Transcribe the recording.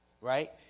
right